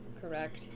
correct